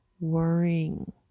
worrying